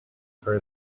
for